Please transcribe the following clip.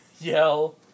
yell